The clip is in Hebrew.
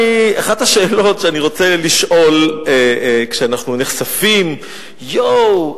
אחת השאלות שאני רוצה לשאול: כשאנחנו נחשפים: יו,